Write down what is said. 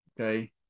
okay